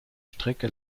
strecke